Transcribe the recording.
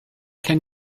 can